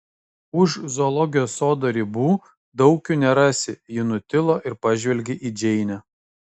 už zoologijos sodo ribų daug jų nerasi ji nutilo ir pažvelgė į džeinę